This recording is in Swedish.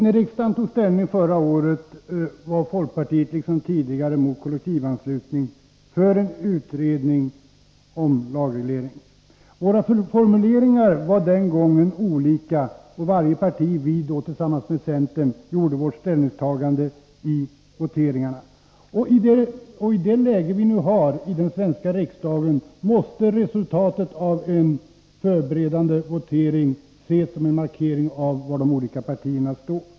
Fru talman! När riksdagen förra året tog ställning, var folkpartiet liksom tidigare mot kollektivanslutning och för en utredning om lagreglering. Formuleringarna var den gången olika, och varje parti — vi tillsammans med centern — tog ställning i voteringarna. Med nuvarande läge i den svenska riksdagen måste resultatet av en förberedande votering ses såsom en markering av var de olika partierna står.